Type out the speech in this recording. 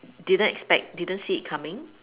didn't expect didn't see it coming